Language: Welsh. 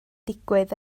digwydd